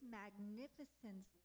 magnificence